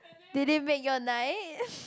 did they make your night